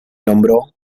nombró